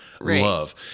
love